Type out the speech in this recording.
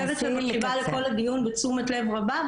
רעות אלה: אני חושבת שאני מקשיבה לכל הדיון בתשומת לב רבה,